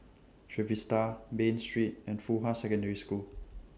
Trevista Bain Street and Fuhua Secondary School